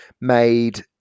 made